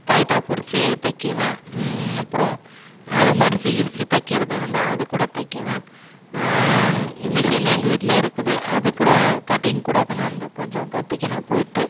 டைட்டாக பிடிச்சு தைக்குவேன் அப்றம் அதை மடிச்சுக்கிடுச்சு தைக்குறதாக இருந்தால் அதுக்கூட தைக்குவேன் மிஷின் எங்கள் வீட்டில் இருக்குது அதுக்கூட கட்டிங் கூட நான் கொஞ்சம் கத்துக்கினேன் போயிட்டு